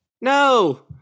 No